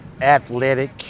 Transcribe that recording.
athletic